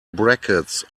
brackets